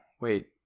wait